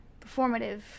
performative